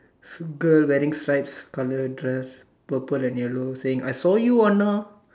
girl wearing stripes color dress purple and yellow saying I saw you Anna